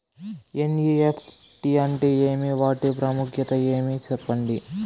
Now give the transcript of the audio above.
NEFT అంటే ఏమి వాటి ప్రాముఖ్యత ఏమి? సెప్పండి?